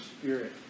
spirit